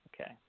Okay